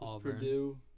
Purdue